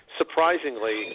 surprisingly